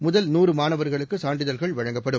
முதல் நூறு மாணவர்களுக்கு சான்றிதழ்கள் வழங்கப்படும்